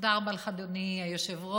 תודה רבה לך, אדוני היושב-ראש.